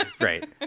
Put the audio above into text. Right